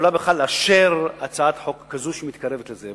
יכולה בכלל לאשר הצעת חוק כזאת, שמתקרבת לזה.